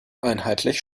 einheitlich